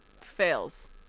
Fails